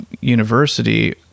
university